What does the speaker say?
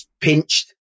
pinched